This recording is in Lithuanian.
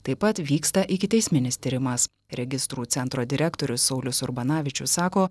taip pat vyksta ikiteisminis tyrimas registrų centro direktorius saulius urbanavičius sako